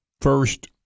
first